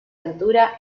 altura